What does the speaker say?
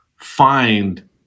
find